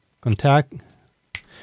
contact